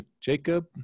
Jacob